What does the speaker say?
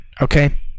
Okay